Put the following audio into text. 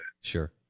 Sure